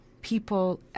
people